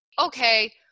Okay